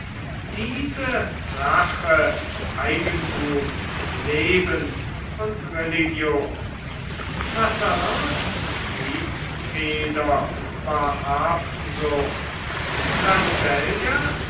diese rache eigenthum leben und religion mazarins triebfeder war habsucht